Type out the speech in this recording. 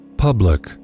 Public